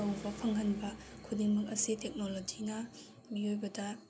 ꯇꯧꯕ ꯐꯪꯍꯟꯕ ꯈꯨꯗꯤꯡꯃꯛ ꯑꯁꯤ ꯇꯦꯛꯅꯣꯂꯣꯖꯤꯅ ꯃꯤꯑꯣꯏꯕꯗ